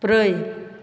ब्रै